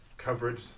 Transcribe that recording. coverage